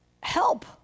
help